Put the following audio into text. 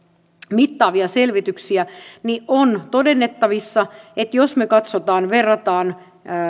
mittaavia selvityksiä on todennettavissa että jos me katsomme vertaamme